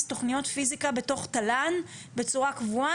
תכניות פיזיקה בתוך תל"ן בצורה קבועה,